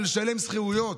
ולשלם שכירויות.